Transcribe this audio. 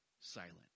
silent